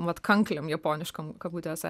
vat kanklėm japoniškom kabutėse